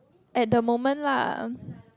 at the moment lah